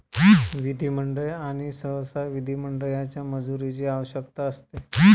विधिमंडळ आणि सहसा विधिमंडळाच्या मंजुरीची आवश्यकता असते